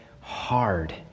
hard